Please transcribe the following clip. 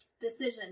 Decision